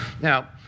Now